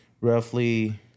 roughly